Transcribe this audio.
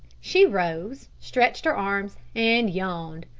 she rose, stretched her arms and yawned.